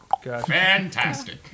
Fantastic